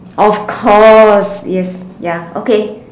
of course yes ya okay